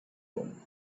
room